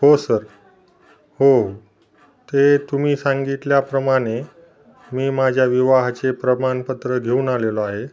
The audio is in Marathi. हो सर हो ते तुम्ही सांगितल्याप्रमाणे मी माझ्या विवाहाचे प्रमाणपत्र घेऊन आलेलो आहे